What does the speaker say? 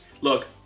Look